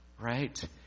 right